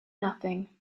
nothing